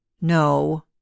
No